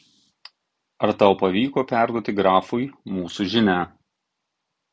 ar tau pavyko perduoti grafui mūsų žinią